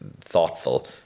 thoughtful